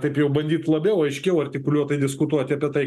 taip jau bandyt labiau aiškiau artikuliuotai diskutuoti apie tai